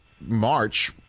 March –